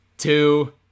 Two